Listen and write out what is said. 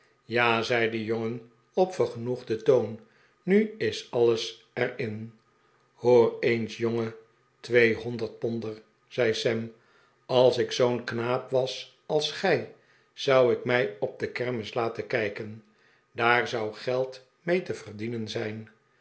ja zei de jongen op vergenoegden toon nu is alles er in hoor eens jonge tweehonderdponder zei sam als ik zoo'n knaap was als gij zou ik mij op de kermis laten kijken daar zou geld mee te verdienen zijn